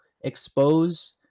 expose